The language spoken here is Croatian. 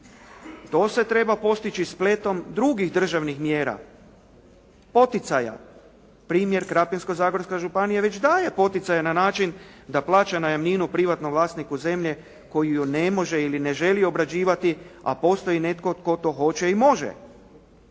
To se treba postići spletom drugih državnih mjera, poticaja. Primjer, Krapinsko-zagorska županija već daje poticaje na način da plaća najamninu privatnom vlasniku zemlje koji ju ne može ili ne želi obrađivati a postoji netko tko to hoće ili može.